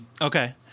Okay